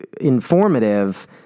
informative